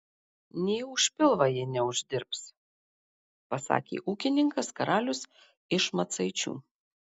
nė už pilvą ji neuždirbs pasakė ūkininkas karalius iš macaičių